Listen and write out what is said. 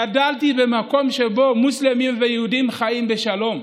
גדלתי במקום שבו מוסלמים ויהודים חיים בשלום.